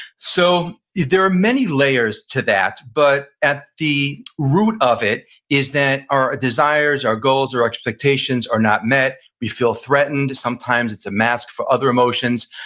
so there are many layers to that, but at the root of it is that our desires, our goals, or expectations are not met, we feel threatened. sometimes it's a mask for other emotions,